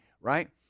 right